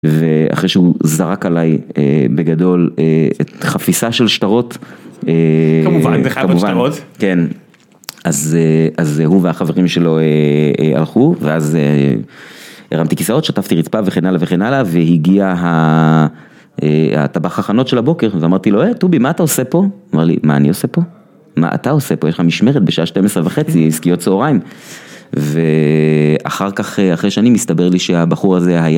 ואחרי שהוא זרק עליי בגדול את חפיסה של שטרות. כמובן, זה חייב להיות שטרות. כן. אז הוא והחברים שלו הלכו, ואז הרמתי כיסאות, שטפתי רצפה וכן הלאה וכן הלאה, והגיע הטבח הכנות של הבוקר, ואמרתי לו, היי טובי, מה אתה עושה פה? הוא אמר לי, מה אני עושה פה? מה אתה עושה פה? יש לך משמרת בשעה 12 וחצי, עסקיות צהריים. ואחר כך, אחרי שנים, הסתבר לי שהבחור הזה היה...